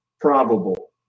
probable